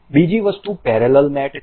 બીજી વસ્તુ parallel mat છે